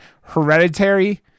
hereditary